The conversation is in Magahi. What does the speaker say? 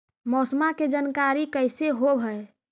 मौसमा के जानकारी कैसे होब है?